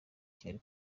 kigali